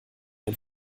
ein